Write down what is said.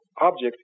object